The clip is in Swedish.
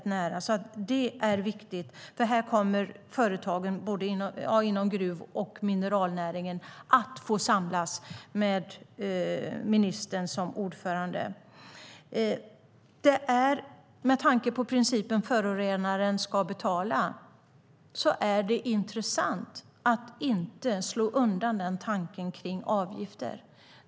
Det är alltså viktigt; här kommer företagen inom både gruvnäringen och mineralnäringen att få samlas med ministern som ordförande. Med tanke på principen att förorenaren ska betala är det intressant att inte slå undan tanken kring avgifter.